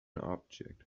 object